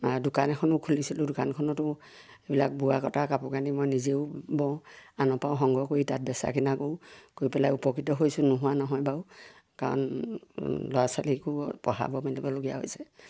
দোকান এখনো খুলিছিলোঁ দোকানখনতো এইবিলাক বোৱা কটা কাপোৰ কানি মই নিজেও বওঁ আনৰপৰাও সংগ্ৰহ কৰি তাত বেচা কিনা কৰোঁ কৰি পেলাই উপকৃত হৈছোঁ নোহোৱা নহয় বাৰু কাৰণ ল'ৰা ছোৱালীকো পঢ়াব পিন্ধিবলগীয়া হৈছে